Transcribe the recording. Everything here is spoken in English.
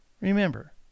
Remember